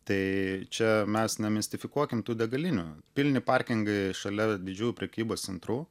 tai čia mes nemistifikuokim tų degalinių pilni parkingai šalia didžiųjų prekybos centrų